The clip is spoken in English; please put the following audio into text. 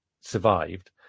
survived